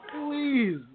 Please